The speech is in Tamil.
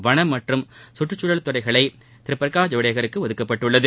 வனம் மற்றும் கற்றுக்சூழல் துறைகள் திரு பிரகாஷ் ஜவடேகருக்கு ஒதுக்கப்பட்டுள்ளது